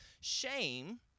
shame